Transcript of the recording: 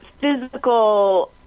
physical